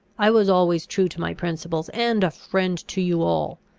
i was always true to my principles, and a friend to you all.